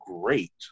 great